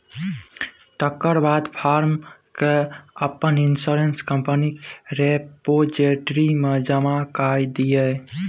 तकर बाद फार्म केँ अपन इंश्योरेंस कंपनीक रिपोजिटरी मे जमा कए दियौ